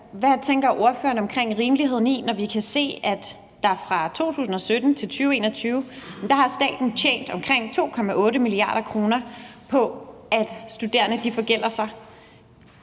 Hvad tænker ordføreren om rimeligheden i det, når vi kan se, at fra 2017 til 2021 har staten tjent omkring 2,8 mia. kr. på, at studerende forgælder sig,